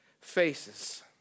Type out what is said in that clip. faces